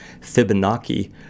Fibonacci